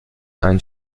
ein